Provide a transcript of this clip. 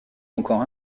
encore